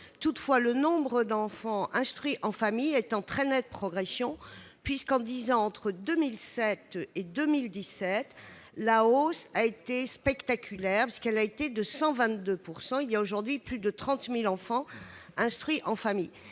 République. Le nombre d'enfants instruits en famille est en très nette progression. En dix ans, entre 2007 et 2017, la hausse a été spectaculaire, puisqu'elle a été de 122 %. Aujourd'hui, plus de 30 000 enfants sont instruits en famille.